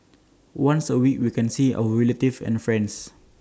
once A week we can see our relatives and friends